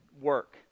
work